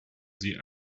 sie